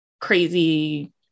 crazy